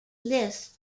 list